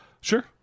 Sure